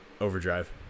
Overdrive